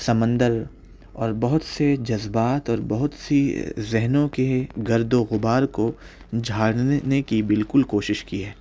سمندر اور بہت سے جذبات اور بہت سی ذہنوں کے گرد و غبار کو جھاڑنے کی بالکل کوشش کی ہے